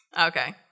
Okay